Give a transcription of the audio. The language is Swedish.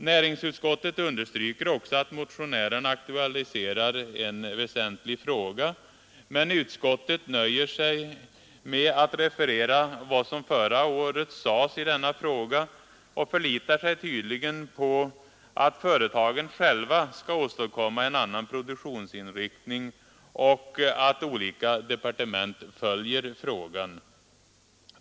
Näringsutskottet understryker också att motionärerna aktualiserat en väsentlig fråga, men utskottet nöjer sig med att referera vad som förra året sades i denna fråga och förlitar sig tydligen på att företagen själva skall åstadkomma en annan produktionsinriktning och att olika departement följer frågan.